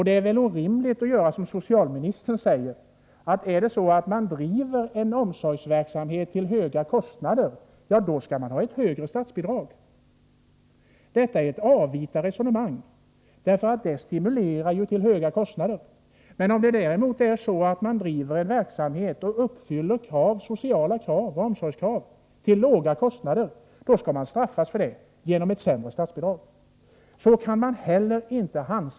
Det är väl orimligt att göra så som socialministern säger — att den som driver omsorgsverksamhet till höga kostnader skall få högre statsbidrag, men om man däremot driver en verksamhet som uppfyller sociala krav och omsorgskrav till låga kostnader, skall man straffas för det genom ett sämre statsbidrag. Detta är ett avvita resonemang, för det stimulerar ju till höga kostnader.